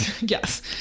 Yes